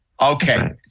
Okay